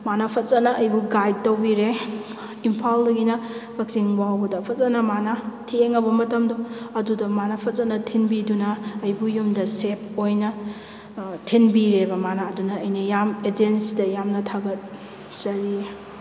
ꯃꯥꯅ ꯐꯖꯅ ꯑꯩꯕꯨ ꯒꯥꯏꯗ ꯇꯧꯕꯤꯔꯦ ꯏꯝꯐꯥꯜꯗꯒꯤꯅ ꯀꯛꯆꯤꯡ ꯐꯥꯎꯕꯗ ꯐꯖꯅ ꯃꯥꯅ ꯊꯦꯡꯉꯕ ꯃꯇꯝꯗꯣ ꯑꯗꯨꯗ ꯃꯥꯅ ꯐꯖꯅ ꯊꯤꯟꯕꯤꯗꯨꯅ ꯑꯩꯕꯨ ꯌꯨꯝꯗ ꯁꯦꯞ ꯑꯣꯏꯅ ꯑꯥ ꯊꯤꯟꯕꯤꯔꯦꯕ ꯃꯥꯅ ꯑꯗꯨꯅ ꯑꯩꯅ ꯑꯦꯖꯦꯟꯁꯤꯗ ꯌꯥꯝꯅ ꯊꯥꯒꯠꯆꯔꯤ